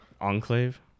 Enclave